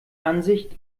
ansicht